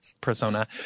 persona